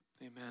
Amen